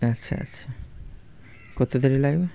আচ্ছা আচ্ছা কত দেরি লাগবে